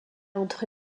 entre